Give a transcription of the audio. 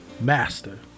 Master